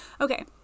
okay